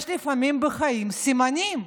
יש לפעמים בחיים סימנים,